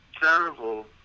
terrible